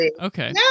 Okay